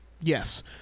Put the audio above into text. Yes